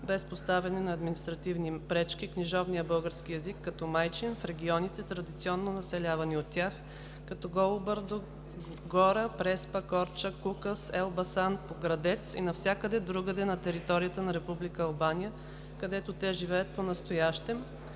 без поставяне на административни пречки книжовния български език като майчин в регионите, традиционно населявани от тях, като Голо Бърдо, Гòра, Преспа, Корча, Кукъс, Елбасан, Поградец и навсякъде другаде на територията на Република Албания, където те живеят понастоящем;